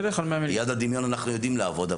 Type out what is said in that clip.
יד הדמיון אנחנו יודעים לעבוד.